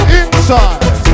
inside